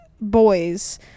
boys